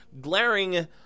glaring